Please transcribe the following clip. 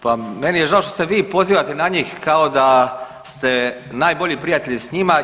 Pa meni je žao što se vi pozivate na njih kao da ste najbolji prijatelj s njima.